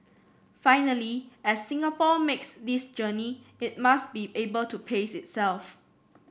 finally as Singapore makes this journey it must be able to pace itself